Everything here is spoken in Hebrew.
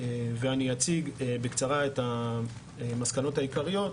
אציג בקצרה את המסקנות העיקריות.